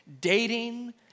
Dating